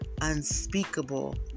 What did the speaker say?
unspeakable